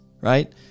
right